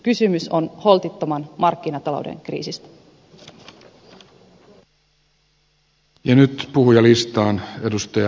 kysymys on holtittoman markkinatalouden kriisistä